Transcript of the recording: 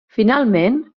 finalment